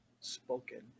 spoken